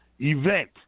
event